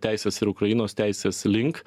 teisės ir ukrainos teisės link